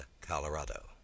Colorado